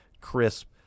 crisp